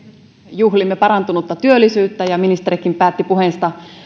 juhlimme parantunutta työllisyyttä ja ministerikin päätti puheensa